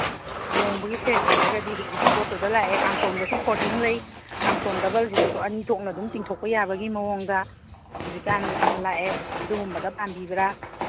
ꯂꯨꯍꯣꯡꯕꯒꯤ ꯁꯦꯠ ꯑꯣꯏꯔꯒꯗꯤ ꯍꯧꯖꯤꯛꯀꯤ ꯄꯣꯠꯇꯨꯗ ꯂꯥꯛꯑꯦ ꯀꯥꯡꯊꯣꯟꯗꯁꯨ ꯐꯣꯜꯗꯤꯡ ꯂꯩ ꯀꯥꯡꯊꯣꯟ ꯗꯕꯜꯁꯤꯗꯁꯨ ꯑꯅꯤ ꯊꯣꯛꯅ ꯑꯗꯨꯝ ꯇꯤꯡꯊꯣꯛꯄ ꯌꯥꯕꯒꯤ ꯃꯑꯣꯡꯗ ꯍꯧꯖꯤꯛꯀꯥꯟ ꯂꯥꯛꯑꯦ ꯑꯗꯨꯒꯨꯝꯕꯗ ꯄꯥꯝꯕꯤꯕ꯭ꯔꯥ